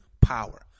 power